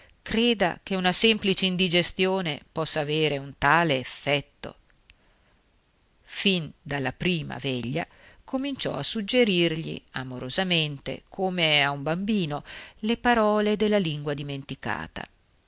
creda che una semplice indigestione possa aver fatto un tale effetto fin dalla prima veglia cominciò a suggerirgli amorosamente come a un bambino le parole della lingua dimenticata